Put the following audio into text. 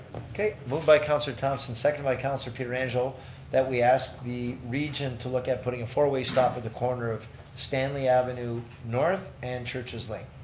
okay, moved by councilor thomson, seconded by councilor pietrangelo that we ask the region to look at putting a four-way stop at the corner of stanley avenue north and churches lane,